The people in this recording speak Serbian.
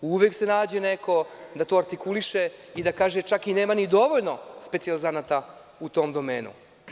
Uvek se nađe neko da to artikuliše i da kaže da čak nema dovoljno specijalizanata u tom domenu.